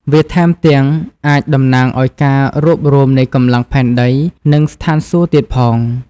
វាថែមទាំងអាចតំណាងឲ្យការរួបរួមនៃកម្លាំងផែនដី និងស្ថានសួគ៌ទៀតផង។